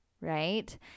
right